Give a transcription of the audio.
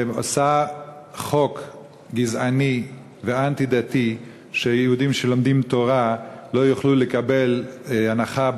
ועושה חוק גזעני ואנטי-דתי שיהודים שלומדים תורה לא יוכלו לקבל הנחה,